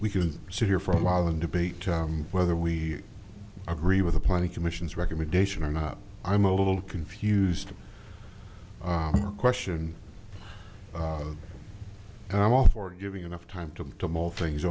we can sit here for a while and debate whether we agree with the party commission's recommendation or not i'm a little confused question and i'm all for giving enough time to mull things